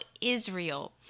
Israel